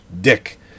dick